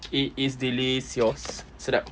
eh it's delicious sedap